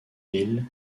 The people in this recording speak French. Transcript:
ville